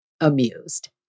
amused